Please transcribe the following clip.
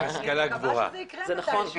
זה נכון.